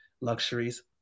luxuries